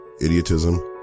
idiotism